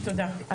תודה.